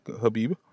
Habib